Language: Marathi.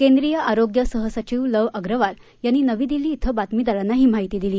केंद्रीय आरोग्य सहसचिव लव अगरवाल यांनी नवी दिल्ली क्वें बातमीदारांना ही माहिती दिली